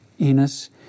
Enos